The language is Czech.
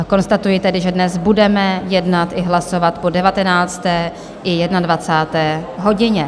Konstatuji tedy, že dnes budeme jednat i hlasovat po devatenácté i jedenadvacáté hodině.